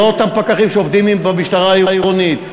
אלה לא אותם פקחים שעובדים במשטרה העירונית,